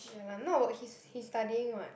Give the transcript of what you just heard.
ya lah not work he's he's studying [what]